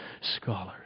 scholars